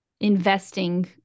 investing